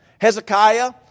Hezekiah